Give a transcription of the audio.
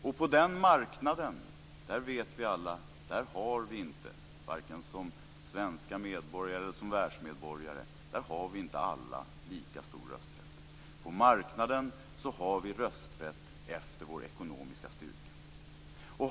Och på den marknaden, det vet vi alla, har vi inte, varken som svenska medborgare eller som världsmedborgare, lika stor rösträtt. På marknaden har vi rösträtt efter vår ekonomiska styrka.